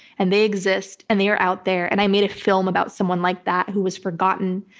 and they exist and they are out there and i made a film about someone like that, who was forgotten.